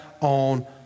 on